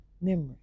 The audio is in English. memory